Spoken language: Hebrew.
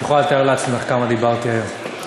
את יכולה לתאר לעצמך כמה דיברתי היום.